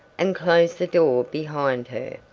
and closed the door behind her.